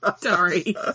sorry